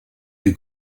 les